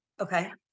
Okay